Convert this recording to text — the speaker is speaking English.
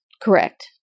Correct